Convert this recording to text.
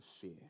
fear